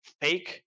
fake